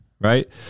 Right